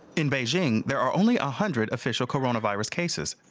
in beijing there are only ah hundred official coronavirus cases.